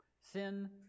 Sin